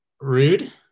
rude